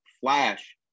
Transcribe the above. flash